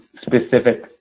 specific